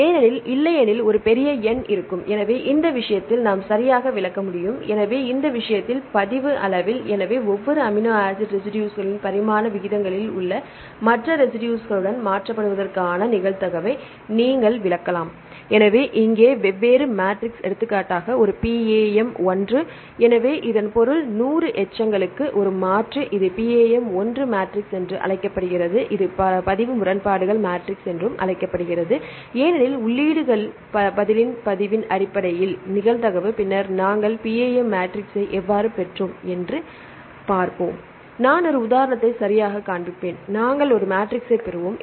ஏனெனில் இல்லையெனில் எவ்வாறு பெற்றோம் என்று பார்ப்போம் நான் ஒரு உதாரணத்தை சரியாகக் காண்பிப்பேன் நாங்கள் மேட்ரிக்ஸைப் பெறுவோம்